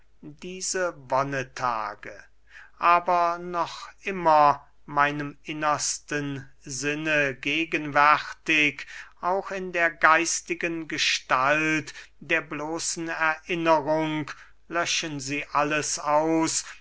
diese wonnetage aber noch immer meinem innersten sinne gegenwärtig auch in der geistigen gestalt der bloßen erinnerung löschen sie alles aus